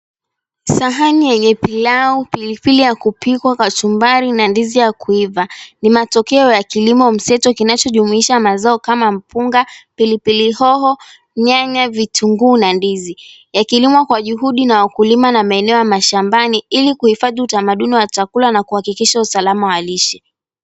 Sahani yenye pilau, pilipili ya kupikwa kachumbari na ndizi ya kuiva, ni matokeo ya kilimo mseto kinachojumuisha mazao kama mpunga, pilipili hoho, nyanya, vitunguu, na ndizi, yakilimwa kwa juhudi na wakulima na maeneo ya mashambani, ili kuhifadhi utamaduni wa chakula na kuhakikisha usalama wa lishe.